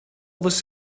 this